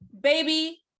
baby